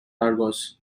argos